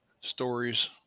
stories